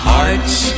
Hearts